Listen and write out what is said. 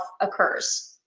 occurs